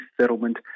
settlement